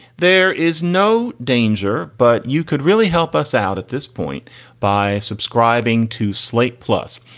there is no danger, but you could really help us out at this point by subscribing to slate. plus,